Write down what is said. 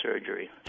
surgery